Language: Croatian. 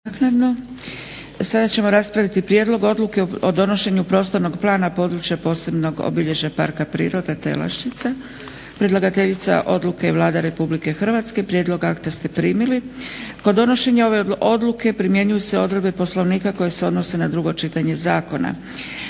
Sada ćemo raspraviti - Prijedlog odluke o donošenju prostornog plana područja posebnih obilježja Parka prirode Telaščica Predlagateljica odluke je Vlada Republike Hrvatske. Prijedlog akta ste primili. Kod donošenja ove odluke primjenjuju se odredbe Poslovnika koje se odnose na drugo čitanje zakona.